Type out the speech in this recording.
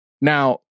Now